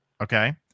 Okay